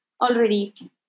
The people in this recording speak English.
already